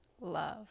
Love